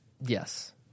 Yes